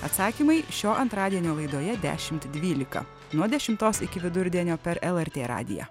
atsakymai šio antradienio laidoje dešimt dvylika nuo dešimtos iki vidurdienio per lrt radiją